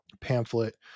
pamphlet